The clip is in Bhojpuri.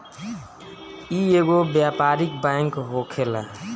इ एगो व्यापारिक बैंक होखेला